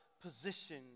position